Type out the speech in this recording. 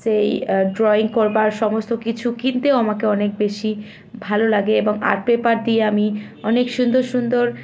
সেই ড্রয়িং করবার সমস্ত কিছু কিনতেও আমাকে অনেক বেশি ভালো লাগে এবং আর্ট পেপার দিয়ে আমি অনেক সুন্দর সুন্দর